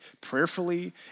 prayerfully